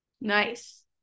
Nice